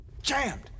Jammed